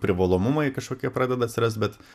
privalomumai kažkokie pradeda atsirast bet